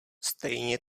stejně